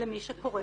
למי שקורס?